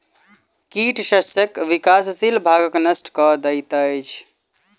कीट शस्यक विकासशील भागक नष्ट कय दैत अछि